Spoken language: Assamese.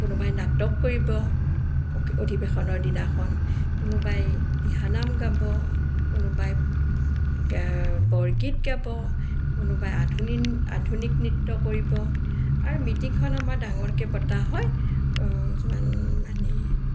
কোনোবাই নাটক কৰিব অধিৱেশনৰ দিনাখন কোনোবাই দিহানাম গাব কোনোবাই বৰগীত গাব কোনোবাই আধুনি আধুনিক আধুনিক নৃত্য কৰিব আৰু মিটিংখন আমাৰ ডাঙৰকৈ পতা হয় যিমান মানে